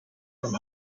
from